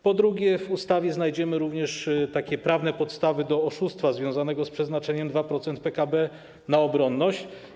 Po drugie, w ustawie znajdziemy również takie prawne podstawy do oszustwa związanego z przeznaczeniem 2% PKB na obronność.